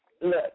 Look